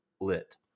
lit